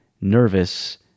nervous